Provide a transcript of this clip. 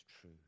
true